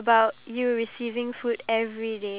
there are three chickens